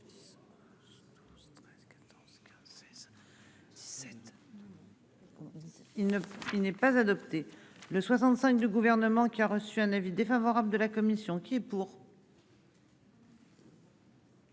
il n'est pas adopté le 65 du gouvernement qui a reçu un avis défavorable de la commission qui est pour.